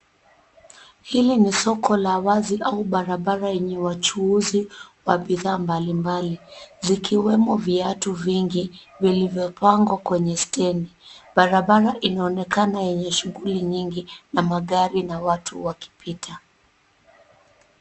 Hili ni soko la wazi au barabara yenye wachuuzi wa bidhaa mbalimbali zikiwemo viatu vingi vilivyopangwa kwenye stendi. Barabara inaonekana yenye shughuli nyingi na magari na watu pita.